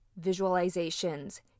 visualizations